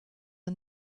and